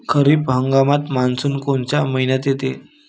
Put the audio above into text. खरीप हंगामात मान्सून कोनच्या मइन्यात येते?